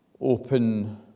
open